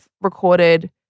recorded